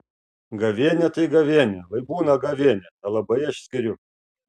gavėnia tai gavėnia lai būna gavėnia nelabai aš skiriu